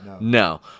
No